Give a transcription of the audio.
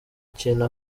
kintu